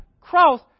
cross